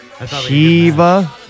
Shiva